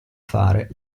fare